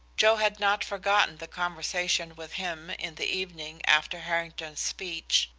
joe had not forgotten the conversation with him in the evening after harrington's speech,